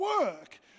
work